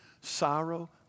sorrow